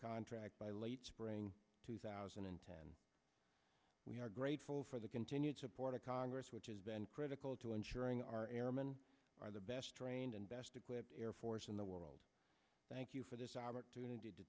contract by late spring two thousand and ten we are grateful for the continued support of congress which has been critical to ensuring our airmen are the best trained and best equipped air force in the world thank you for this opportunity to